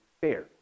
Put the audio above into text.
fair